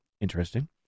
Interesting